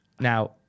Now